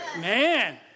Man